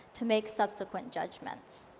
to make subsequent judgments.